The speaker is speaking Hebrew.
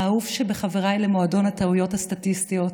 האהוב שבחבריי למועדון הטעויות הסטטיסטיות,